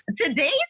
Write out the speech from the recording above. Today's